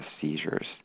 seizures